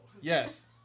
Yes